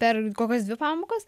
per kokias dvi pamokas